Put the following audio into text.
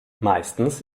meistens